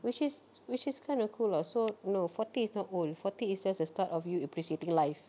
which is which is kind of cool lah so no forty is not old forty is just the start of you appreciating life